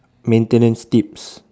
maintenance tips